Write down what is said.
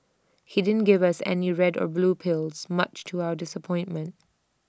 he didn't give us any red or blue pills much to our disappointment